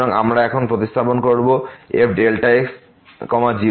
সুতরাং আমরা এখন প্রতিস্থাপন করব f x 0